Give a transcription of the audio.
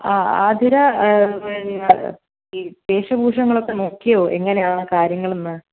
ആ ആതിര പിന്നെ ഈ വേഷഭൂഷങ്ങളൊക്കെ നോക്കിയോ എങ്ങനെയാണ് കാര്യങ്ങളെന്ന്